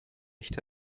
nicht